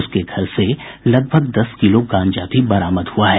उसके घर से लगभग दस किलो गांजा भी बरामद हुआ है